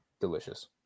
delicious